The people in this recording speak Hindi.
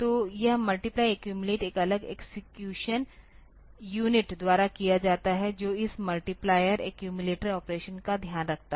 तो यह मल्टीप्लय एक्यूमिलेट एक अलग एक्सेक्यूशन यूनिट द्वारा किया जाता है जो इस मल्टीप्लायर एक्यूमिलेटर ऑपरेशन का ध्यान रखता है